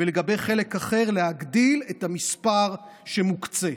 ולגבי חלק אחר להגדיל את המספר שמוקצה.